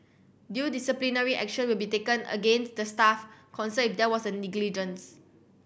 due disciplinary action will be taken against the staff concerned it there was a negligence